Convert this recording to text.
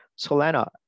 solana